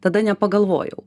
tada nepagalvojau